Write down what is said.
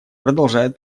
продолжают